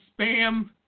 spam –